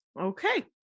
Okay